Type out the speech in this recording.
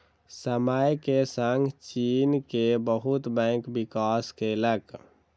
समय के संग चीन के बहुत बैंक विकास केलक